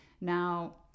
Now